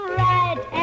right